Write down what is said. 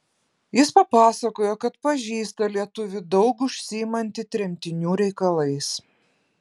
jis papasakojo kad pažįsta lietuvį daug užsiimantį tremtinių reikalais